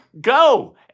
go